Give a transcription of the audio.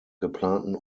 geplanten